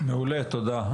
מעולה, תודה.